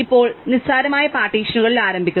ഇപ്പോൾ ഞങ്ങൾ നിസ്സാരമായ പാർട്ടീഷനുകളിൽ ആരംഭിക്കുന്നു